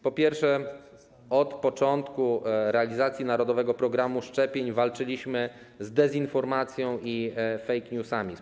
Po pierwsze, od początku realizacji narodowego programu szczepień walczyliśmy z dezinformacją i fake newsami.